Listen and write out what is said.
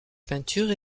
peinture